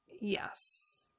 Yes